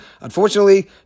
Unfortunately